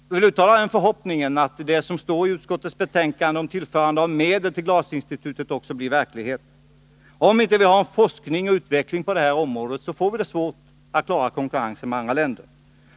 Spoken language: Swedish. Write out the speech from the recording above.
Jag vill uttala den förhoppningen att det som står i utskottsbetänkandet om tillförande av medel till Glasforskningsinstitutet också blir verklighet. Om vi inte har en forskning och utveckling på detta område får vi det svårt att klara konkurrensen med andra länder.